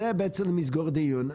זה בעצם מסגור הדיון.